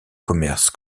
commerce